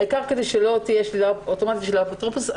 העיקר שלא תהיה שלילה אוטומטית של האפוטרופסות.